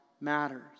matters